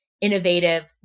innovative